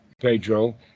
Pedro